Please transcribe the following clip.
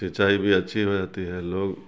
سینچائی بھی اچھی ہو جاتی ہے لوگ